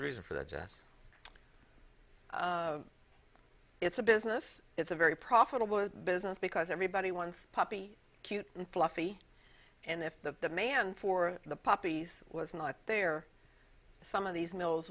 the reason for the jets it's a business it's a very profitable business because everybody wants a puppy cute and fluffy and if the demand for the puppies was not there some of these mills